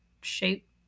shape